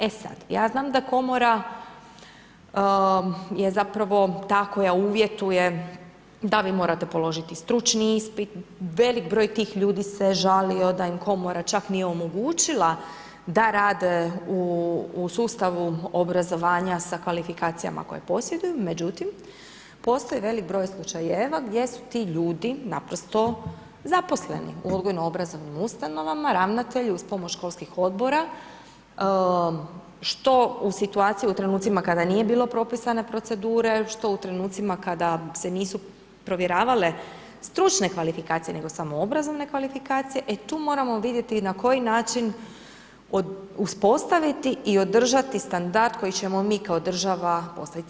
E sad, ja znam da komora je zapravo ta koja uvjetuje da vi morate položiti stručni ispit, velik broj tih ljudi se žalio da im komora čak nije omogućila da rade u sustavu obrazovanja sa kvalifikacijama koje posjeduju međutim, postoji velik broj slučajeva gdje su ti ljudi naprosto zaposleni u odgojno obrazovnim ustanovama, ravnatelji uz pomoć školskih odbora što u situaciji u trenucima kada nije bilo propisane, što u trenucima kad se nisu provjeravale stručne kvalifikacije nego samo obrazovne kvalifikacije, e tu moramo vidjeti na koji način uspostaviti i održati standard koji ćemo mi kao država postaviti.